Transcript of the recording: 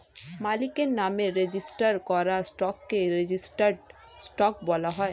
মালিকের নামে রেজিস্টার করা স্টককে রেজিস্টার্ড স্টক বলা হয়